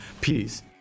peace